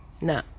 No